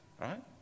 Right